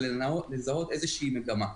ולזהות איזושהי מגמה.